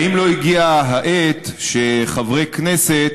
האם לא הגיעה העת שחברי כנסת